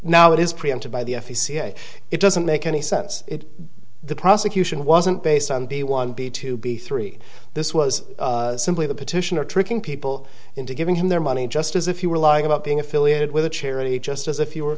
now it is preempted by the f e c and it doesn't make any sense the prosecution wasn't based on b one b to b three this was simply the petitioner tricking people into giving him their money just as if you were lying about being affiliated with a charity just as if you were